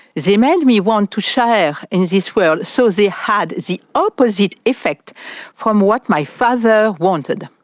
they made me want to share in this world, so they had the opposite effect from what my father wanted.